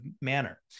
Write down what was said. manner